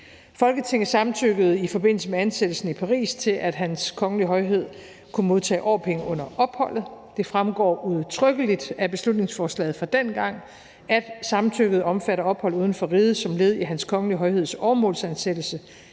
Folketinget samtykkede i forbindelse med ansættelsen i Paris til, at Hans Kongelige Højhed Prins Joachim kunne modtage årpenge under opholdet. Det fremgår udtrykkeligt af beslutningsforslaget fra dengang, at samtykket omfatter opholdet uden for riget som led i Hans Kongelige Højhed Prins